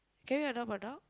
can we adopt a dog